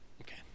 Okay